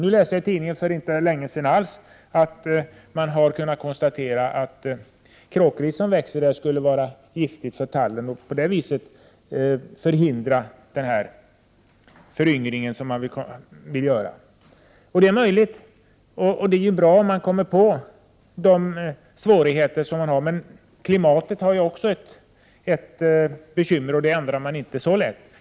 Jag läste för inte så länge sedan i tidningen att man har kunnat konstatera att kråkris som växer i skogen skulle vara giftigt för tallen och förhindra den föryngring man vill åstadkomma. Det är möjligt att det är så. Det är bra om man upptäcker de svårigheter som finns. Klimatet är också ett bekymmer, och det ändrar man inte så lätt.